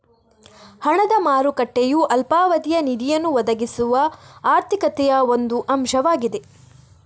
ಹಣದ ಮಾರುಕಟ್ಟೆಯು ಅಲ್ಪಾವಧಿಯ ನಿಧಿಯನ್ನು ಒದಗಿಸುವ ಆರ್ಥಿಕತೆಯ ಒಂದು ಅಂಶವಾಗಿದೆ